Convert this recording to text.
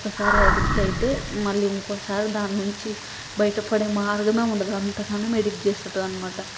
ఒక్కసారి ఎడిక్టయితే మళ్ళీ ఇంకోసారి దాని నుంచి బయటపడే మార్గమే ఉండదు అంత కాలం ఎడిక్ట్ చేస్తుంటుందన్నమాట